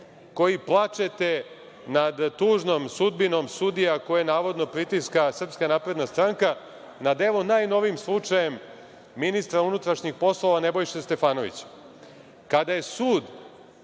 koji plačete nad tužnom sudbinom sudija koje navodno pritiska SNS, nad evo najnovijim slučajem ministra unutrašnjih poslova Nebojše Stefanovića. Kada je sud